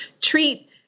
treat